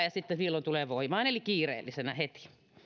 ja sitten se milloin tulee voimaan eli kiireellisenä heti